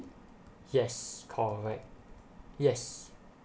yes correct yes